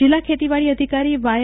જીલ્લા ખેતીવાડી અધિકારી વાય